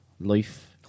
life